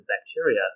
bacteria